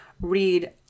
read